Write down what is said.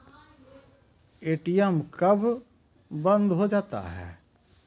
ATM कब बंद हो जाता हैं?